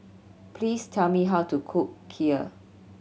please tell me how to cook Kheer